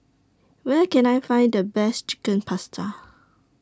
Where Can I Find The Best Chicken Pasta